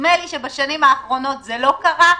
נדמה לי שבשנים האחרונות זה לא קרה.